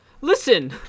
Listen